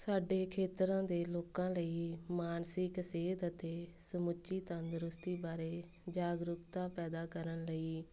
ਸਾਡੇ ਖੇਤਰਾਂ ਦੇ ਲੋਕਾਂ ਲਈ ਮਾਨਸਿਕ ਸਿਹਤ ਅਤੇ ਸਮੁੱਚੀ ਤੰਦਰੁਸਤੀ ਬਾਰੇ ਜਾਗਰੂਕਤਾ ਪੈਦਾ ਕਰਨ ਲਈ